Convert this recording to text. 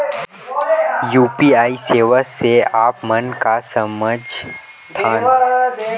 UPI सेवा से आप मन का समझ थान?